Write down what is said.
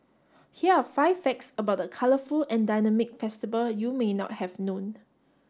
here are five facts about the colourful and dynamic festival you may not have known